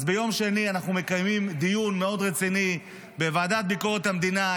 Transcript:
אז ביום שני אנחנו מקיימים דיון מאוד רציני בוועדה לביקורת המדינה,